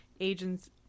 agents